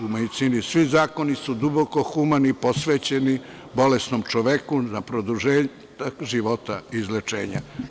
U medicini su svi zakoni duboko humani, posvećeni bolesnom čoveku, na produžetak života i izlečenje.